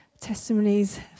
testimonies